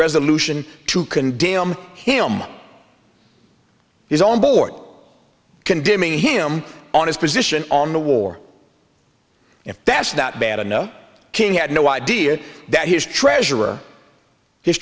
resolution to condemn him he's on board condemning him on his position on the war if that's not bad enough king had no idea that his treasurer